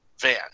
van